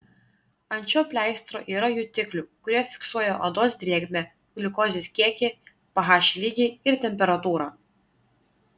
ant šio pleistro yra jutiklių kurie fiksuoja odos drėgmę gliukozės kiekį ph lygį ir temperatūrą